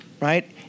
right